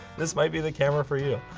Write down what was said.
this might be the camera for you.